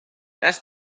das